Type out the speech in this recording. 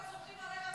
סומכים עליך,